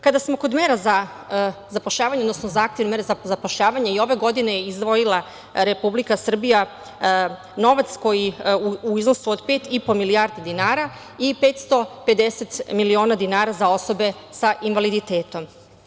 Kada smo kod mera za zapošljavanje, odnosno zahtev i mera za zapošljavanje i ove godine izdvojila Republika Srbija novac u iznosu od 5,5 milijardi dinara i 550 miliona dinara za osobe sa invaliditetom.